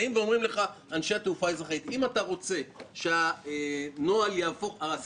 באים ואומרים לך אנשי התעופה האזרחית: אם אתה רוצה שהשדה יהיה